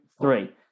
three